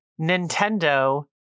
Nintendo